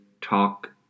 talk